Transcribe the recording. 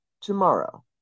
tomorrow